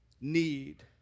need